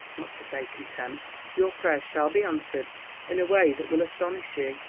not to say contempt. your prayers shall be answered in a way that will astonish you.